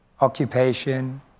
occupation